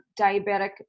diabetic